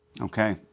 Okay